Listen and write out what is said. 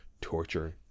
torture